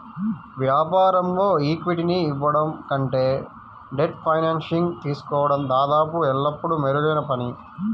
వ్యాపారంలో ఈక్విటీని ఇవ్వడం కంటే డెట్ ఫైనాన్సింగ్ తీసుకోవడం దాదాపు ఎల్లప్పుడూ మెరుగైన పని